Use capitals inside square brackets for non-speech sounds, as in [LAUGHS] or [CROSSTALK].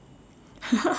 [LAUGHS]